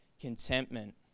contentment